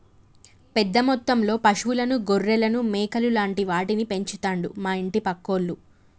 పెద్ద మొత్తంలో పశువులను గొర్రెలను మేకలు లాంటి వాటిని పెంచుతండు మా ఇంటి పక్కోళ్లు